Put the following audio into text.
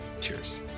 Cheers